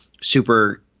super